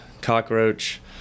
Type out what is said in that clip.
cockroach